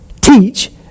teach